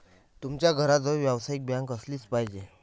तुमच्या घराजवळ व्यावसायिक बँक असलीच पाहिजे